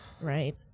right